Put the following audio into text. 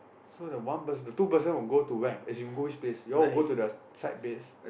so the one the two person will go to where as in you all will go which place you all will go to the side base